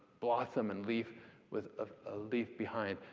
blossom and leaf with a leaf behind.